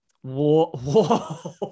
Whoa